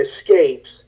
escapes